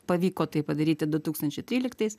pavyko tai padaryti du tūkstančiai tryliktais